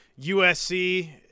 USC